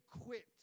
equipped